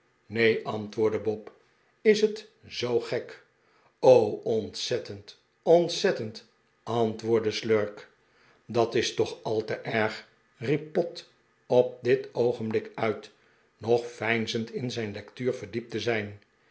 neen antwoordde bob is het zoo gek ontzettend ontzettend antwoordde slurk dat is toch al te erg riep pott op dit oogenblik uit nog veinzend in zijn lectuur verdiept te zijn